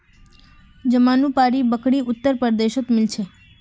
जमानुपारी बकरी उत्तर प्रदेशत मिल छे